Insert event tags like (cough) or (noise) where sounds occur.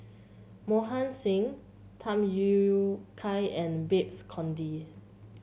Mohan Singh Tham (unintelligible) Kai and Babes Conde